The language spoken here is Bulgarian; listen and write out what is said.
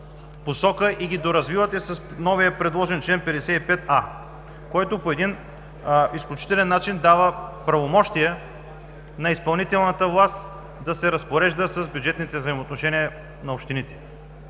и ги доразвивате с новия предложен чл. 55а, който по изключителен начин дава правомощия на изпълнителната власт да се разпорежда с бюджетните взаимоотношения на общините.